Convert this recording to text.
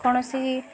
କୌଣସି